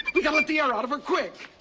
we gotta let the air out of her quick.